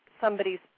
somebody's